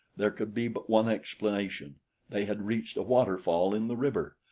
there could be but one explanation they had reached a waterfall in the river,